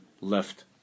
left